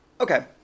okay